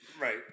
Right